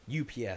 UPS